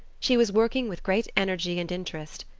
she was working with great energy and interest,